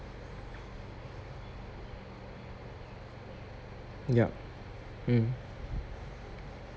yup mmhmm